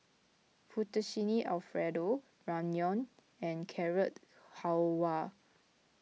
Fettuccine Alfredo Ramyeon and Carrot Halwa